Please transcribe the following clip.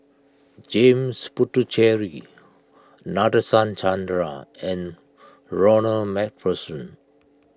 James Puthucheary Nadasen Chandra and Ronald MacPherson